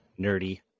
Nerdy